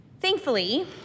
Thankfully